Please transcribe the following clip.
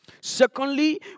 Secondly